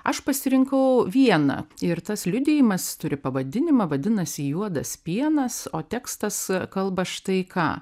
aš pasirinkau vieną ir tas liudijimas turi pavadinimą vadinasi juodas pienas o tekstas kalba štai ką